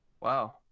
wow